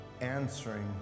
answering